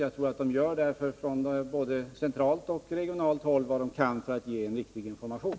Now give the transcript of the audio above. Jag tror därför att man både från centralt och från regionalt håll gör vad man kan för att ge riktig information.